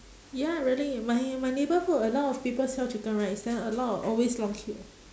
ya really my my neighbourhood a lot of people sell chicken rice then a lot of always long queue